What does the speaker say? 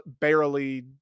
barely